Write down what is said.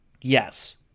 yes